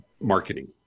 marketing